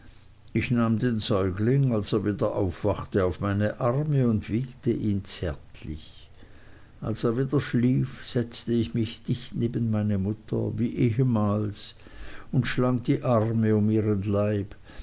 ich nahm den säugling als er wieder aufwachte auf meine arme und wiegte ihn zärtlich als er wieder schlief setzte ich mich dicht neben meine mutter wie ehemals und schlang die arme um ihren leib